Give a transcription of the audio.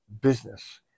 business